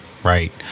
right